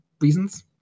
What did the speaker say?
reasons